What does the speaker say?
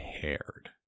paired